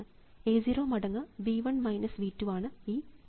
A 0 മടങ്ങ് V 1 V 2 ആണ് ഈ V 0